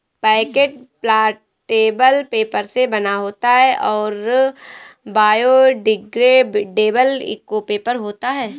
packet plantable paper से बना होता है और बायोडिग्रेडेबल इको पेपर होता है